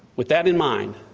with that in mind,